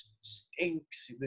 stinks